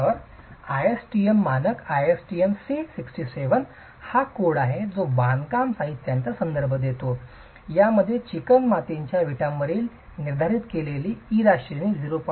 तर ASTM मानक ASTM C67 एक कोड जो बांधकाम साहित्याचा संदर्भ देतो यामध्ये चिकणमातीच्या विटांसाठी निर्धारित केलेली इरा श्रेणी 0